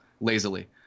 lazily